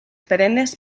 perennes